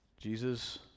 Jesus